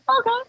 okay